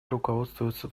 руководствуются